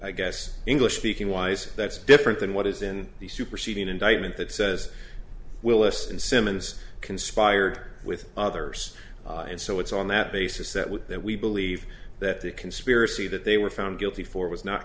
i guess english speaking wise that's different than what is in the superseding indictment that says willis and simmons conspired with others and so it's on that basis that we that we believe that the conspiracy that they were found guilty for was not